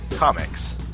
Comics